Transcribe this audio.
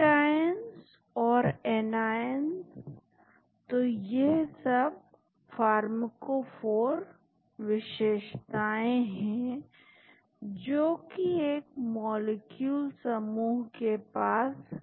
cation और anion तो यह सब फार्मकोफॉर विशेषताएं है जो कि एक मॉलिक्यूल समूह के पास